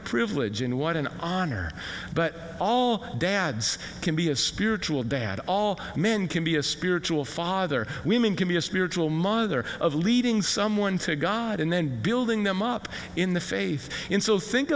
a privilege and what an honor but all dads can be a spiritual bad all men can be a spiritual father women can be a spiritual mother of leading someone to god and then building them up in the faith in still think